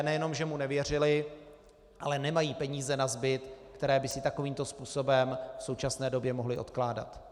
Nejenom že mu lidé nevěřili, ale nemají peníze nazbyt, které by si takovýmto způsobem v současné době mohli odkládat.